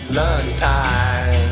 lunchtime